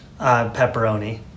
pepperoni